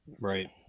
right